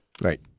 Right